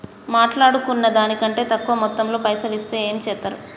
మాట్లాడుకున్న దాని కంటే తక్కువ మొత్తంలో పైసలు ఇస్తే ఏం చేత్తరు?